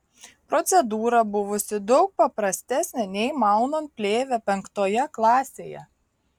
procedūra buvusi daug paprastesnė nei maunant plėvę penktoje klasėje